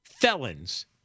felons